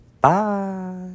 bye